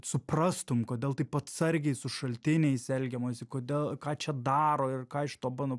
suprastum kodėl taip atsargiai su šaltiniais elgiamasi kodėl ką čia daro ir ką iš to bando